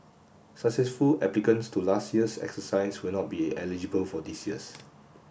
successful applicants to last year's exercise will not be eligible for this year's